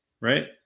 right